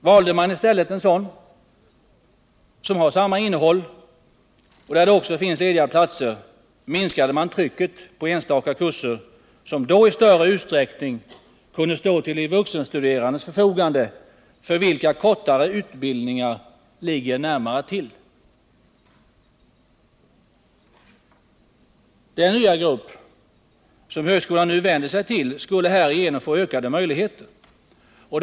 Om man i stället valde en sådan linje som har samma innehåll och där det också finns lediga platser, så skulle man minska trycket på enstaka kurser som i större utsträckning kunde stå till de vuxenstuderandes förfogande, för vilka kortare utbildningar ligger närmare till. Den nya grupp som högskolan nu vänder sig till skulle härigenom få ökade möjligheter.